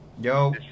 Yo